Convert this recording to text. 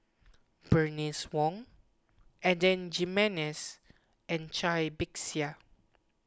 Bernice Wong Adan Jimenez and Cai Bixia